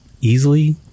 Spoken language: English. easily